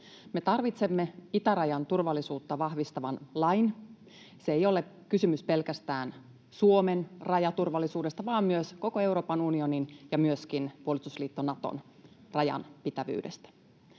Me tarvitsemme itärajan turvallisuutta vahvistavan lain. Siinä ei ole kysymys pelkästään Suomen rajaturvallisuudesta, vaan myös koko Euroopan unionin ja myöskin puolustusliitto Naton rajan pitävyydestä.